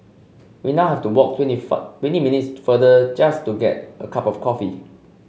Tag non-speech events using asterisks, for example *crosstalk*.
we now have to walk twenty *unintelligible* twenty minutes farther just to get a cup of coffee